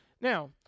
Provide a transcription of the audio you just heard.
Now